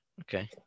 Okay